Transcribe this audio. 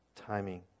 timing